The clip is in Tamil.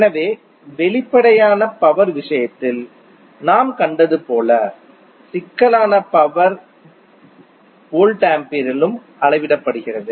எனவே வெளிப்படையான பவர் விஷயத்தில் நாம் கண்டது போல சிக்கலான பவர் வோல்டாம்பியரிலும் அளவிடப்படுகிறது